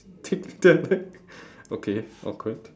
okay awkward